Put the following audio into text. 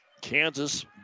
Kansas